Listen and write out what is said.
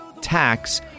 tax